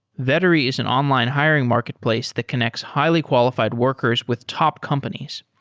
vettery is an online hiring marketplace that connects highly qualified workers with top companies.